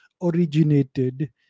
originated